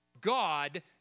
God